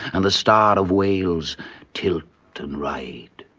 and the star of wales tilt and ride.